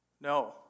No